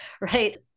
right